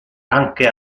anche